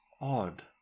Odd